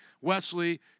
Wesley